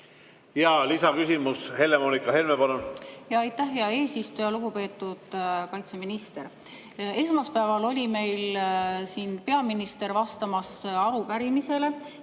Lisaküsimus, Helle-Moonika Helme, palun! Aitäh, hea eesistuja! Lugupeetud kaitseminister! Esmaspäeval oli meil siin peaminister vastamas arupärimisele